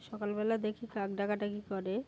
সকালবেলা দেখি কাক ডাকাডাকি করে